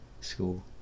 school